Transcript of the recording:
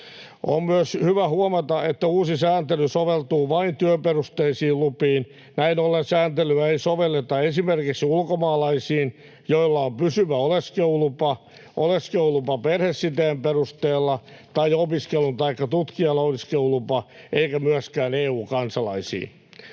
On myös hyvä huomata, että uusi sääntely soveltuu vain työperusteisiin lupiin. Näin ollen sääntelyä ei sovelleta esimerkiksi ulkomaalaisiin, joilla on pysyvä oleskelulupa, oleskelulupa perhesiteen perusteella tai opiskelu- taikka tutkijan oleskelulupa, eikä myöskään EU-kansalaisiin.